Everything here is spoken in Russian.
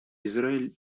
израиль